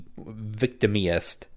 victimiest